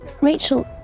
Rachel